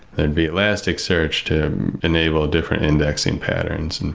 and be elasticsearch to enable different indexing patterns.